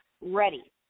ready